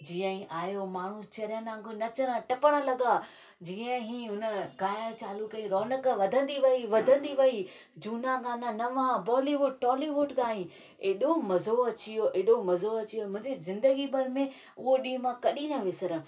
जीअं ई आयो माण्हूं चरियनि वांॻुरु नचड़ टपड़ लॻा जीअं ई हुन गायण चालू कयूं रोनक़ु वधंदी वई वधंदी वई जुना गाना नवा बॉलीवुड टोलीवूड गाई एॾो मज़ो अची वियो एॾो मजो अची वियो मूंहिंजी जिंदगी भर में उहो ॾींहुं मां कॾहिं न विसारियां